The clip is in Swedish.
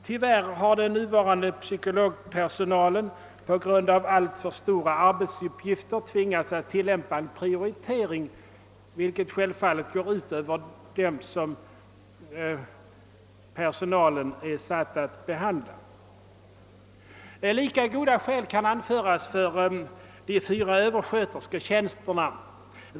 Tyvärr har den nuvarande psykologpersonalen på grund av alltför stora arbetsuppgifter tvingats att tillämpa en prioritering, vilket självfallet går ut över dem som personalen är satt att behandla. Lika goda skäl kan anföras för de fyra . överskötersketjänsterna.